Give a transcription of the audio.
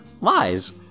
lies